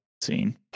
scene